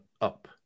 up